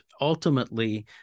ultimately